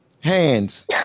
Hands